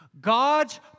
God's